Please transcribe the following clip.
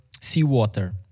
seawater